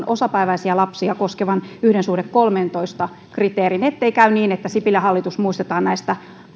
osapäiväisiä lapsia koskevan yhden suhde kolmeentoista kriteerin ettei käy niin että sipilän hallitus muistetaan näistä